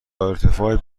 ارتفاع